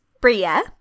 Bria